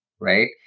right